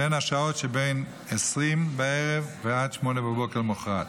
שהן השעות שבין 20:00 עד 08:00 למוחרת.